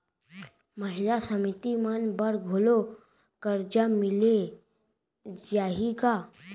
महिला समिति मन बर घलो करजा मिले जाही का?